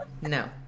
No